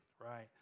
Right